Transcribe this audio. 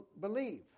believe